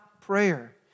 prayer